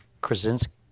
Krasinski